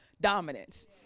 dominance